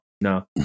no